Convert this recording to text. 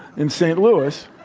in st. louis.